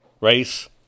Race